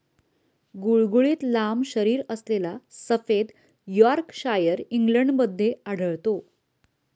गुळगुळीत लांब शरीरअसलेला सफेद यॉर्कशायर इंग्लंडमध्ये आढळतो